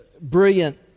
brilliant